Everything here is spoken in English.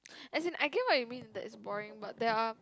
as in I get what you mean that it's boring but there are